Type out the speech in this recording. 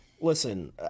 Listen